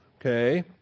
Okay